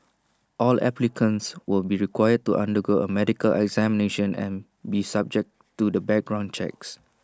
all applicants will be required to undergo A medical examination and be subject to the background checks